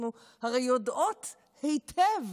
אנחנו הרי יודעות היטב